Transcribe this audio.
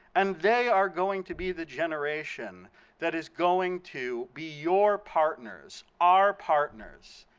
and they are going to be the generation that is going to be your partners, our partners,